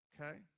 okay